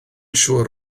siŵr